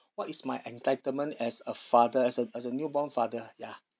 what is my entitlement as a father as a as a newborn father ya